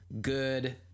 good